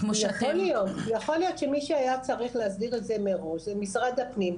יכול להיות שמי שהיה צריך להסדיר את זה מראש זה משרד הפנים.